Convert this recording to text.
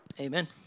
amen